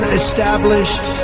established